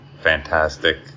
fantastic